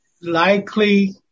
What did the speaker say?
likely